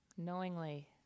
knowingly